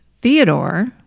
Theodore